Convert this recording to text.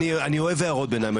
אני אוהב הערות ביניים,